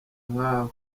nkawe